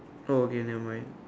oh okay never mind